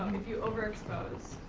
if you overexpose.